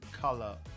color